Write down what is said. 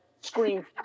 scream